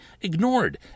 ignored